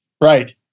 Right